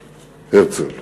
הרצל,